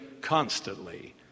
constantly